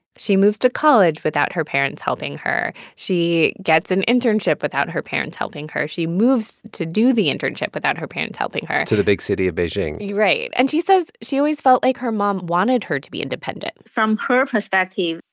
she moves to college without her parents helping her. she gets an internship without her parents helping her. she moves to do the internship without her parents helping her to the big city of beijing right. and she says she always felt like her mom wanted her to be independent from her perspective,